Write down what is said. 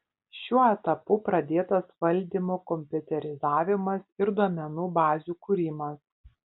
šiuo etapu pradėtas valdymo kompiuterizavimas ir duomenų bazių kūrimas